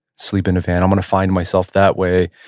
sleep in van. i'm going to find myself that way,